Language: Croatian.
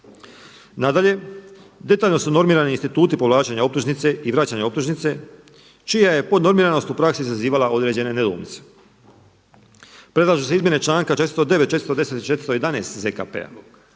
Nadalje, detaljno su normirani instituti povlačenja optužnice i vraćanja optužnice čija je podnormiranost u praksi izazivala određene nedoumice. Predlažu se izmjene članka 409., 410. i 411. ZKP-a